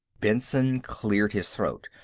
benson cleared his throat.